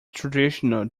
traditional